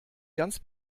ganz